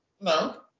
No